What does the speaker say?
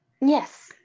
Yes